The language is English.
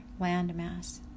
landmass